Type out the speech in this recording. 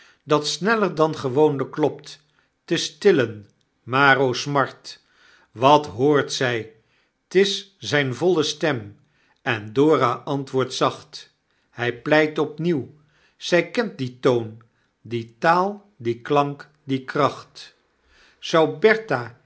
dat sneller dan gewoonlyk klopt te stillen maar o smart wat hoort zij t is zyn voile stem en dora antwoordt zacht hy pleit opnieuw zy kent dien toon die taal dien klank die kracht zou